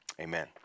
amen